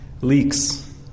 leaks